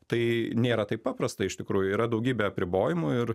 tai nėra taip paprasta iš tikrųjų yra daugybę apribojimų ir